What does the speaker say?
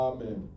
Amen